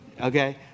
Okay